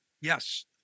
Yes